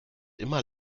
immer